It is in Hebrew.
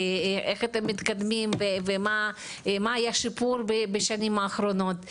איך אתם מתקדמים ומה השיפור שהיה בשנים האחרונות.